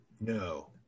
No